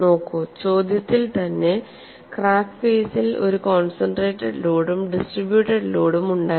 നോക്കൂ ചോദ്യത്തിൽ തന്നെ ക്രാക്ക് ഫേസിൽ ഒരു കോൺസെൻട്രേറ്റഡ് ലോഡും ഡിസ്ട്രിബ്യുട്ടേഡ് ലോഡും ഉണ്ടായിരുന്നു